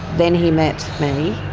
then he met me